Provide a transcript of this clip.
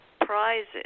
prizes